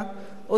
עוזבים.